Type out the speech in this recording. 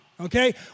okay